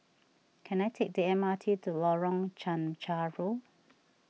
can I take the M R T to Lorong Chencharu